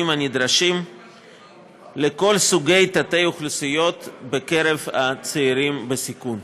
הנדרשים לכל סוגי תתי-האוכלוסיות בקרב הצעירים בסיכון.